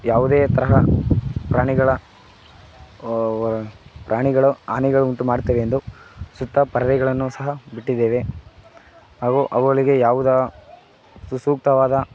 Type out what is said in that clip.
ಯಾವುದೇ ತರಹ ಪ್ರಾಣಿಗಳ ಪ್ರಾಣಿಗಳು ಹಾನಿಗಳು ಉಂಟು ಮಾಡುತ್ತವೆ ಎಂದು ಸುತ್ತ ಪರದೆಗಳನ್ನು ಸಹ ಬಿಟ್ಟಿದ್ದೇವೆ ಹಾಗೂ ಅವುಗಳಿಗೆ ಯಾವುದೇ ಸೂಕ್ತವಾದ